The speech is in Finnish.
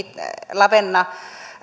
lavenna